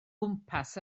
gwmpas